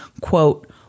quote